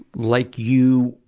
like you,